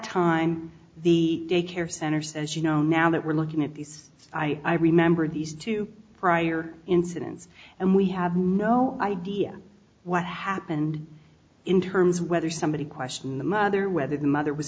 time the daycare center says you know now that we're looking at these i remember these two prior incidents and we have no idea what happened in terms whether somebody questioned the mother whether the mother was